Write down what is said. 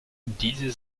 diese